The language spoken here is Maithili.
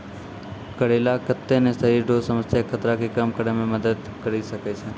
करेला कत्ते ने शरीर रो समस्या के खतरा के कम करै मे मदद करी सकै छै